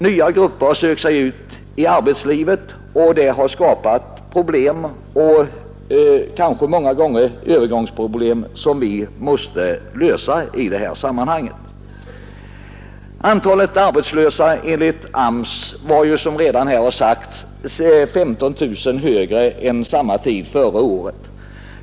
Nya grupper har sökt sig ut i arbetslivet, och det har kanske många gånger skapat övergångsproblem som vi måste lösa i det här sammanhanget. Antalet arbetslösa enligt AMS är ju som redan här har sagts 15 000 högre än vid samma tid förra året.